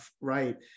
right